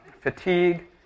Fatigue